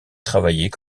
travaillaient